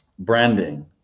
branding